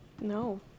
No